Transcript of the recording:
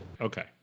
okay